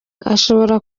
ashobora